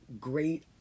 great